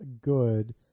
good